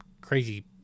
crazy